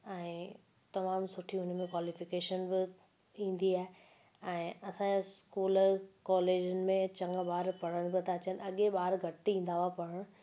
ऐं त माण्हू सुठियूं हिन में क्वालीफिकेशन बि ईंदी आहे ऐं असांजा स्कूल कॉलेजनि में चङा ॿार पढ़ण बि था अचनि अॻे ॿार घटि ईंदा हुआ पढ़णु